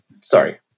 Sorry